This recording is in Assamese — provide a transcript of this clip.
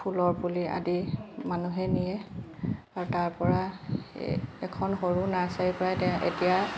ফুলৰ পুলি আদি মানুহে নিয়ে আৰু তাৰপৰা এখন সৰু নাৰ্চাৰীৰপৰাই এতিয়া